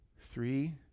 Three